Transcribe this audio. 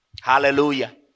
Hallelujah